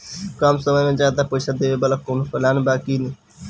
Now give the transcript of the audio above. कम समय में ज्यादा पइसा देवे वाला कवनो प्लान बा की?